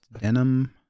denim